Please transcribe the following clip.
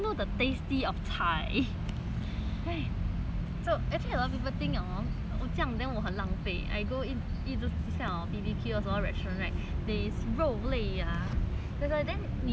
!aiya! so actually a lot of people think hor 我这样 then 我很浪费 I go eat this kind of B_B_Q restaurant right they 肉类 that's why then 你叫这些菜 it's like err